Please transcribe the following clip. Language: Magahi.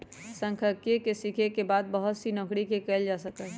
सांख्यिकी के सीखे के बाद बहुत सी नौकरि के कइल जा सका हई